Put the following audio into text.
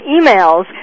emails